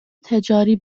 تجاری